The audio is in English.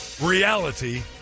reality